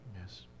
Yes